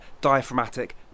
diaphragmatic